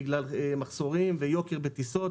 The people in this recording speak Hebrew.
בגלל מחסורים ויוקר בטיסות